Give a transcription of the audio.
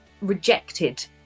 rejected